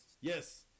yes